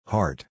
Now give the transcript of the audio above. Heart